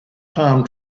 palm